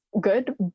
good